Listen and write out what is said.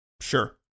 sure